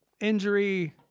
injury